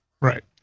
Right